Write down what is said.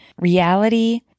reality